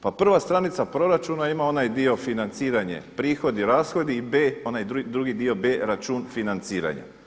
Pa prva stranica proračuna ima onaj dio financiranje, prihodi i rashodi i B, onaj drugi dio B račun financiranja.